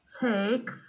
take